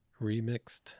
remixed